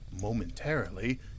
momentarily